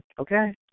okay